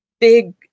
big